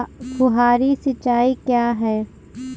फुहारी सिंचाई क्या है?